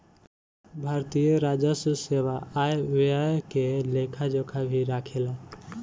भारतीय राजस्व सेवा आय व्यय के लेखा जोखा भी राखेले